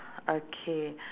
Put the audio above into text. okay